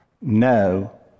no